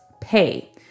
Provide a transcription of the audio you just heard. pay